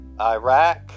Iraq